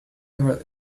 ever